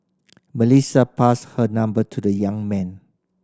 Melissa passed her number to the young man